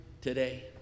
today